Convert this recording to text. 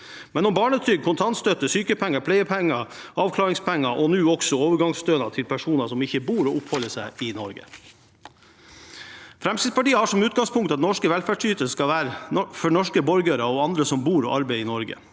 men om barnetrygd, kontantstøtte, sykepenger, pleiepenger, avklaringspenger og nå også overgangsstønad til personer som ikke bor og oppholder seg i Norge. Fremskrittspartiet har som utgangspunkt at norske velferdsytelser skal være for norske borgere og andre som bor og arbeider i Norge.